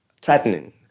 threatening